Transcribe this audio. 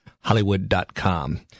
Hollywood.com